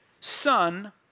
son